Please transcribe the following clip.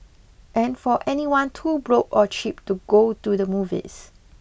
and for anyone too broke or cheap to go to the movies